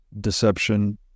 deception